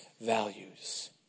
values